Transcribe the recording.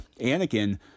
anakin